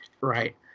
Right